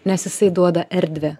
nes jisai duoda erdvę